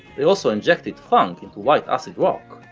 they also injected funk into white acid-rock,